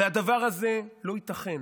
והדבר הזה לא ייתכן.